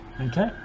Okay